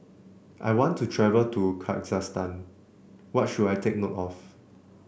I want to travel to Kyrgyzstan what should I take note of